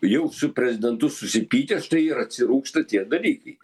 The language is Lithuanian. jau su prezidentu susipykęs štai ir atsirūgsta tie dalykai